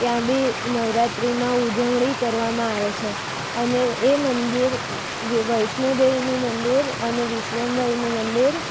ત્યાં બી નવરાત્રિમાં ઉજવણી કરવામાં આવે છે અને એ મંદિર વૈષ્નોદેવીનું મંદિર અને વિશ્વમભરીનું મંદિર